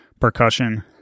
percussion